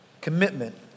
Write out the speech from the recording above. Commitment